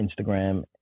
instagram